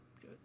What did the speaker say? good